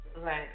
Right